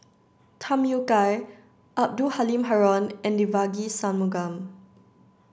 Tham Yui Kai Abdul Halim Haron and Devagi Sanmugam